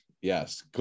yes